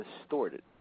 distorted